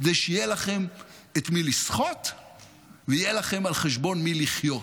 כדי שיהיה לכם את מי לסחוט ויהיה לכם על חשבון מי לחיות.